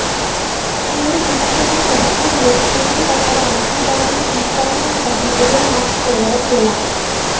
నేను తిస్కున్న personal loan తిరిగి కట్టడానికి దానిని ఇంస్తాల్మేంట్ పద్ధతి లో మార్చుకోవడం ఎలా?